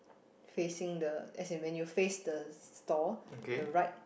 facing the as in when you face the stall the right